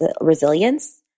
resilience